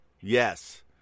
Yes